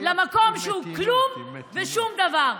למקום שהוא כלום ושום דבר.